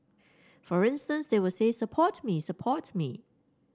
for instance they will say support me support me